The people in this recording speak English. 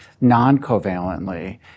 non-covalently